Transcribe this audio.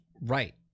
Right